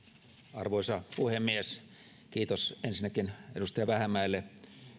arvoisa puhemies kiitos ensinnäkin edustaja vähämäelle